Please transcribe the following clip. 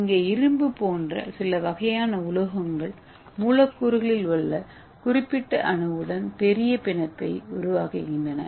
இங்கே இரும்பு போன்ற சில வகையான உலோகங்கள் மூலக்கூறுகளில் உள்ள குறிப்பிட்ட அணுவுடன் ஒரு பெரிய பிணைப்பை உருவாக்குகின்றன